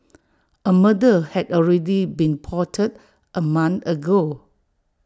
A murder had already been plotted A month ago